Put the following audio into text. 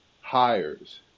hires